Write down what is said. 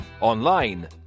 online